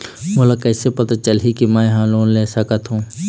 मोला कइसे पता चलही कि मैं ह लोन ले सकथों?